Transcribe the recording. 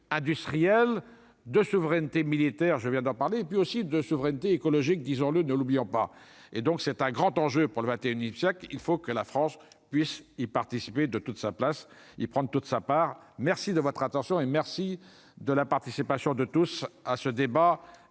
a dû Triel de souveraineté militaire, je viens d'en parler et puis aussi de souveraineté écologique, disons-le, ne l'oublions pas, et donc c'est un grand enjeu pour le 21 Itzhak, il faut que la France puisse y participer de toute sa place, il prend toute sa part, merci de votre attention et merci de la participation de tous à ce débat